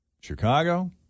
chicago